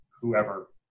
whoever